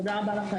תודה רבה לכם.